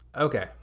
okay